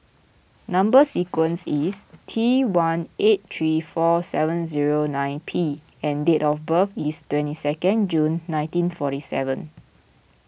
Number Sequence is T one eight three four seven zero nine P and date of birth is twenty second June nineteen forty seven